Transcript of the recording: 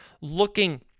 looking